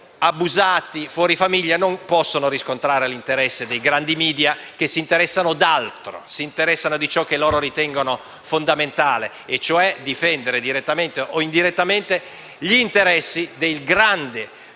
abusati fuori famiglia, non possono riscontrare l'interesse dei grandi *media*, che si occupano d'altro. Si interessano di ciò che loro ritengono fondamentale, cioè difendere, direttamente o indirettamente, gli interessi delle grandi